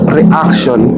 reaction